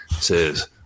says